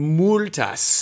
multas